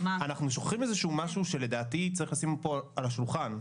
אנחנו שוכחים איזה שהוא משהו שלדעתי צריך לשים פה על השולחן,